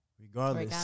regardless